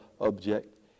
object